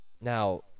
Now